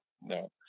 No